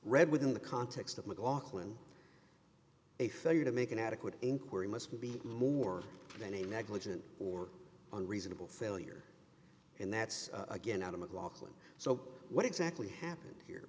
read within the context of mclaughlin a failure to make an adequate inquiry must be more than a negligent or unreasonable failure and that's again out of mclaughlin so what exactly happened here